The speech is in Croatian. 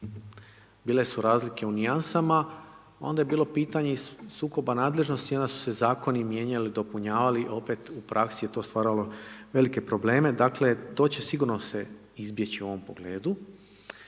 bile su razlike u nijansama, onda je bilo pitanje i sukoba nadležnosti i onda su se zakoni mijenjali, dopunjavali, opet u praksi je to stvaralo velike probleme. Dakle, to će sigurno se izbjeći u ovom pogledu.